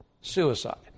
suicide